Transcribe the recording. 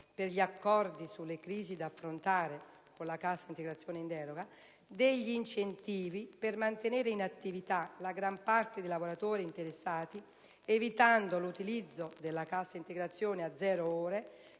per gli accordi sulle crisi da affrontare con la cassa integrazione in deroga, degli incentivi per mantenere in attività la gran parte dei lavoratori interessati, evitando l'utilizzo della cassa integrazione a zero ore